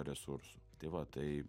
resursų tai va tai